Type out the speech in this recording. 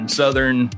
southern